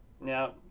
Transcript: Now